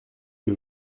que